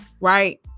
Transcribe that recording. Right